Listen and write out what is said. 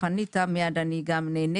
כשפנית מייד אני גם נעניתי.